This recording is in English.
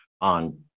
on